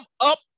up